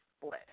split